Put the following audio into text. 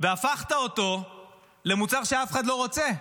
והפכת אותו למוצר שאף אחד לא רוצה?